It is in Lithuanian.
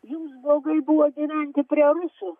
jums blogai buvo gyventi prie rusų